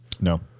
No